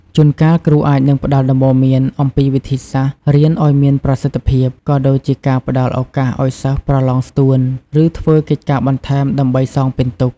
ជូនកាល គ្រូអាចនឹងផ្តល់ដំបូន្មានអំពីវិធីសាស្រ្តរៀនឲ្យមានប្រសិទ្ធភាព ក៏ដូចជាផ្តល់ឱកាសឲ្យសិស្ស ប្រឡងស្ទួន ឬធ្វើកិច្ចការបន្ថែមដើម្បីសងពិន្ទុ។